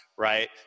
Right